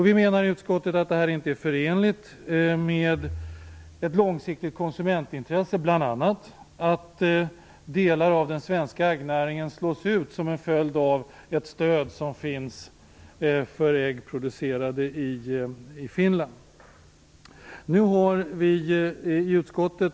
Vi menar i utskottet att bl.a. det förhållandet att delar av den svenska äggnäringen slås ut som en följd av ett stöd för ägg producerade i Finland inte är förenligt med ett långsiktigt konsumentintresse.